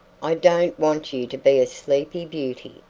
i don't want you to be a sleepy beauty,